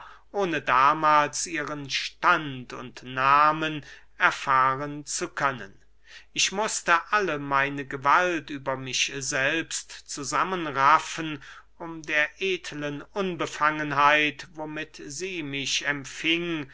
ohne damahls ihren stand und nahmen erfahren zu können ich mußte alle meine gewalt über mich selbst zusammen raffen um der edeln unbefangenheit womit sie mich empfing